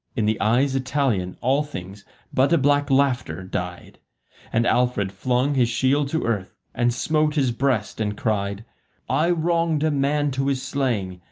in the eyes italian all things but a black laughter died and alfred flung his shield to earth and smote his breast and cried i wronged a man to his slaying,